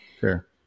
Sure